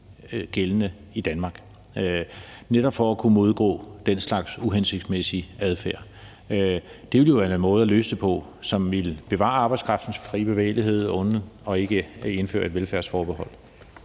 gældende i Danmark netop for at kunne imødegå den slags uhensigtsmæssig adfærd. Det ville jo være en måde at løse det på, som ville bevare arbejdskraftens frie bevægelighed og ikke indføre et velfærdsforbehold.